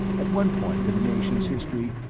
at one point in the nation's history,